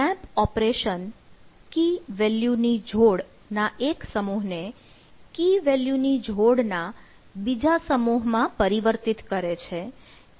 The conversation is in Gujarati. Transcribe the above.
મેપ ઓપરેશન કી વેલ્યુ ની જોડ ના એક સમૂહને કી વેલ્યુ ની જોડના બીજા સમૂહમાં પરિવર્તિત કરે છે